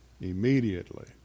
immediately